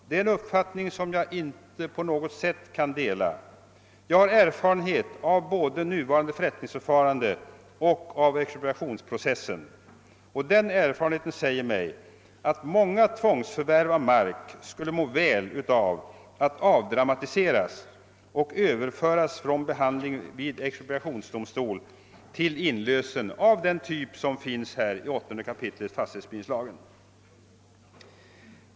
Det är en uppfattning som jag inte alls kan dela. Jag har erfarenhet av både nuvarande förrättningsförfarande och av expropriationsprocessen, och den erfarenheten säger mig att många tvångsförvärv av mark skulle må väl av att avdramatiseras och överföras från behandling vid expropriationsdomstol till inlösen av den typ som finns angiven i 8 kap. fastighetsbildningslagen.